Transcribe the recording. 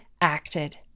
acted